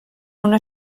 una